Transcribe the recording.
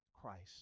Christ